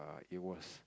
it was